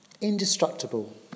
Indestructible